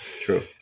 true